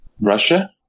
Russia